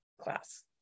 class